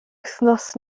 wythnos